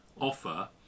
offer